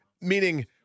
Meaning